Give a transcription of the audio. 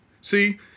See